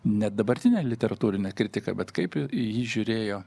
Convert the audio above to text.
ne dabartinę literatūrinę kritiką bet kaip į jį žiūrėjo